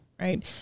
Right